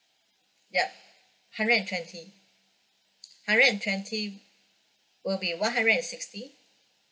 yup hundred and twenty hundred and twenty will be one hundred and sixty